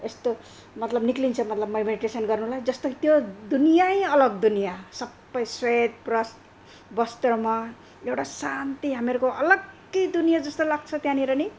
यस्तो मतलब निक्लिन्छ मतलब माइ मेडिटेसन गर्नुलाई जस्तो त्यो दुनियै अलग दुनियाँ सबै श्वेत ब्रस्त वस्त्रमा एउटा शान्ति हाम्रो अलग्गै दुनियाँ जस्तो लाग्छ त्यहाँनिर नि